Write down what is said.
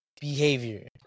behavior